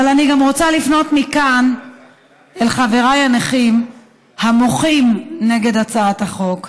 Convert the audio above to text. אבל אני גם רוצה לפנות מכאן אל חבריי הנכים המוחים נגד הצעת החוק,